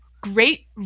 great